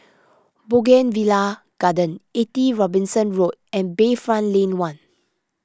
Bougainvillea Garden eighty Robinson Road and Bayfront Lane one